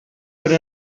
per